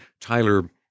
Tyler